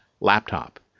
laptop